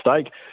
stake